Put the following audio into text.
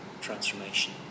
transformation